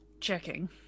checking